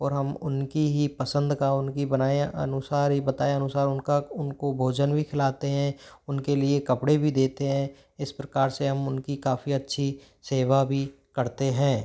और हम उनकी ही पसंद का उनकी बनाए अनुसार ही बताए अनुसार उनका उनको भोजन भी खिलाते हैं उनके लिए कपड़े भी देते हैं इस प्रकार से हम उनकी काफ़ी अच्छी सेवा भी करते हैं